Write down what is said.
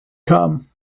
come